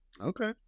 Okay